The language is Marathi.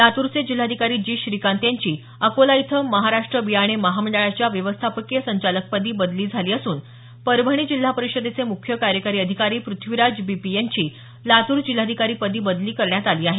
लातूरचे जिल्हाधिकारी जी श्रीकांत यांची अकोला इथं महाराष्ट्र बियाणे महामंडळाच्या व्यवस्थापकीय संचालक पदी बदली झाली असून परभणी जिल्हा परिषदेचे मुख्य कार्यकारी अधिकारी पृथ्वीराज बी पी यांची लातूर जिल्हाधिकारी पदी बदली करण्यात आली आहे